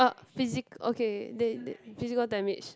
uh physic okay they they physical damage